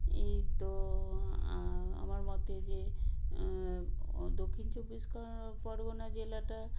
এই তো আমার মতে যে দক্ষিণ চব্বিশ পরগনা জেলাটা